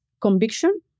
conviction